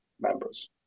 members